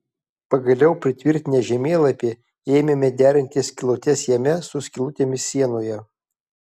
pagaliau pritvirtinę žemėlapį ėmėme derinti skylutes jame su skylutėmis sienoje